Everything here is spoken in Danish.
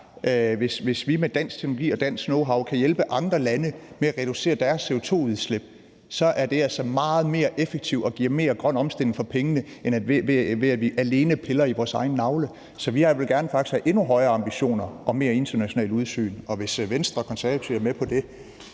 hvis vi med dansk teknologi og dansk knowhow kan hjælpe andre lande med at reducere deres CO2-udslip, så er det altså meget mere effektivt og giver mere grøn omstilling for pengene, end at vi alene piller i vores egen navle. Så jeg vil faktisk gerne have endnu højere ambitioner og mere internationalt udsyn, og hvis Venstre og Konservative med på det,